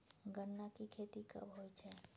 गन्ना की खेती कब होय छै?